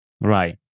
Right